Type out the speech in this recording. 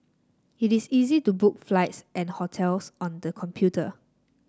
it is easy to book flights and hotels on the computer